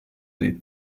dei